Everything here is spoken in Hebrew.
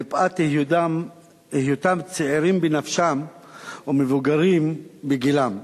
מפאת היותם צעירים בנפשם ומבוגרים בגילם.